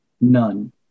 None